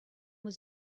was